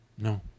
No